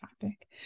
topic